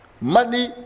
money